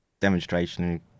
demonstration